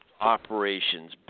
operations